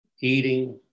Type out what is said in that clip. eating